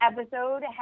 episode